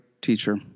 teacher